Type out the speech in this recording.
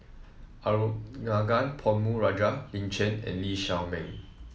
Arumugam Ponnu Rajah Lin Chen and Lee Shao Meng